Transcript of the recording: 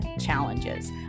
challenges